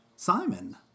Simon